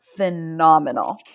phenomenal